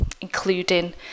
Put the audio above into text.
including